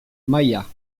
maillat